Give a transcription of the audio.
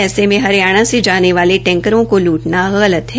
ऐसे में हरियाणा से जाने वाले टैंकरों को लूटना गलत है